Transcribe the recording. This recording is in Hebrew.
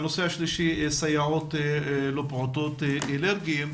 הביקורת כלפיו והנושא השלישי הוא סייעות לפעוטות אלרגיים.